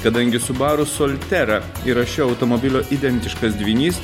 kadangi subaru soltera yra šio automobilio identiškas dvynys